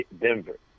Denver